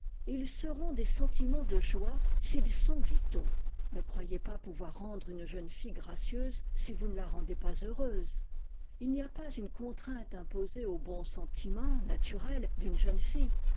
et ils seront des sentiments de joie s'ils sont vitaux ne croyez pas pouvoir rendre une jeune fille gracieuse si vous ne la rendez pas heureuse il n'y a pas une contrainte imposée aux bons sentiments une fille